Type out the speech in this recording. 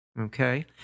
Okay